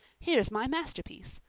here's my masterpiece.